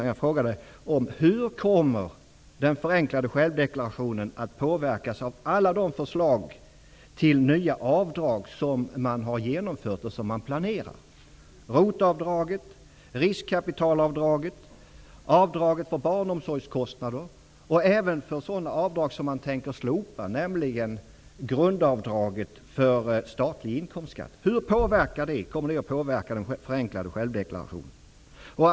Jag frågade: Hur kommer den förenklade självdeklarationen att påverkas av alla de nya avdrag som man har genomfört och som man planerar? Det gäller t.ex. ROT-avdraget, riskkapitalavdraget och avdraget för barnomsorgskostnader. Det gäller dessutom hur den kommer att påverkas av sådana avdrag som man tänker slopa, nämligen grundavdraget för statlig inkomstskatt. Hur kommer det att påverka den förenklade självdeklarationen?